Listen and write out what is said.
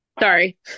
Sorry